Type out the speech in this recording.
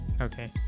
Okay